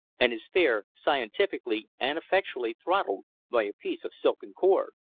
and his fare scientifically and effectually throttled by a piece of silken cord.